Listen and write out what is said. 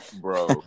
Bro